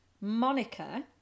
Monica